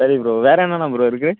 சரி ப்ரோ வேறு என்னென்ன ப்ரோ இருக்குது